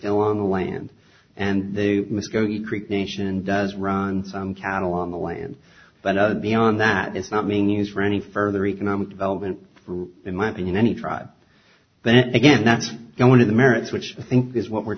still on the land and they muskogee creek nation does run some cattle on the land but out of beyond that it's not being used for any further economic development group in my opinion any tribe then again that's one of the merits which i think is what we're